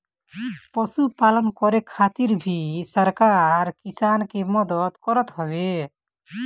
पशुपालन करे खातिर भी सरकार किसान के मदद करत हवे